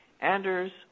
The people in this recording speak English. Anders